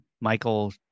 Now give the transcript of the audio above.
Michael